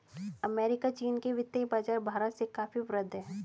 America चीन के वित्तीय बाज़ार भारत से काफी वृहद हैं